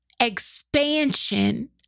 expansion